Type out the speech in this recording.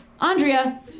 andrea